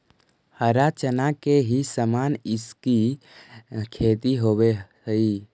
हरा चना के ही समान इसकी खेती होवे हई